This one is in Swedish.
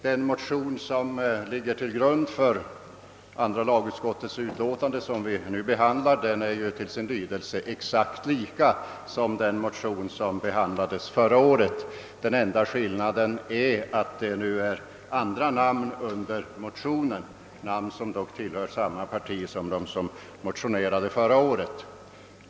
Den motion som ligger till grund för det utlåtande från andra lagutskottet som vi nu behandlar är exakt likalydande med den motion som behandlades förra året. Den enda skillnaden är att det nu är andra namn under motionen -— namn som dock tillhör samma parti som de som motionerade förra året.